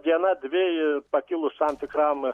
viena dvi pakilus tam tikram